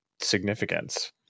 significance